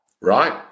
right